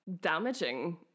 damaging